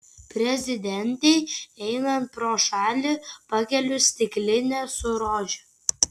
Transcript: prezidentei einant pro šalį pakeliu stiklinę su rože